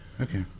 Okay